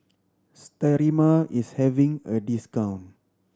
Sterimar is having a discount